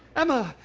emma.